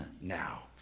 now